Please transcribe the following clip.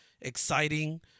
exciting